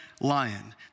lion